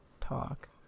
talk